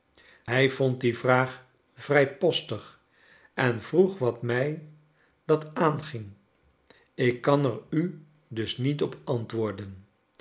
hij vond die vraag vrrjpostig en vroeg wat mij dat aanging ik kan er u dus niet op antden